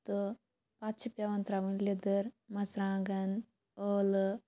تہٕ پَتہٕ چھ پٮ۪وان ترٛاوُن لیٚدٕر مَژرٕوانٛگن ٲلہٕ